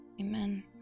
Amen